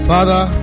Father